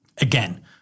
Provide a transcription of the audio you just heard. again